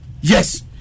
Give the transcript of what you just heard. Yes